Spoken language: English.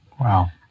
wow